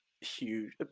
huge